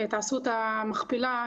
תעשו את המכפלה.